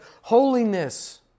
holiness